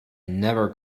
never